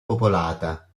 popolata